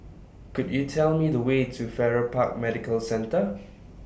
Could YOU Tell Me The Way to Farrer Park Medical Centre